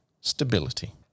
stability